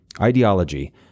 Ideology